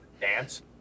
dance